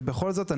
ובכל זאת,